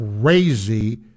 crazy